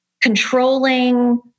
controlling